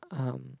um